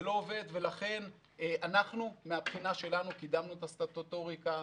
ולכן אנחנו, מבחינתנו, קידמנו את הסטטוטוריקה.